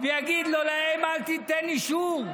ויגיד לו: להם אל תיתן אישור.